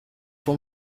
fue